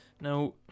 Now